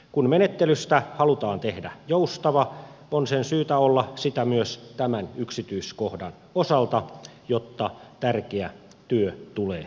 kun menettelystä halutaan tehdä joustava on sen syytä olla sitä myös tämän yksityiskohdan osalta jotta tärkeä työ tulee tehdyksi